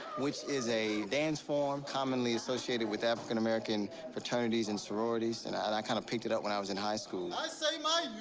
which is a dance form commonly associated with african american fraternities and sororities. and and i kind of picked it up when i was in high school. i say my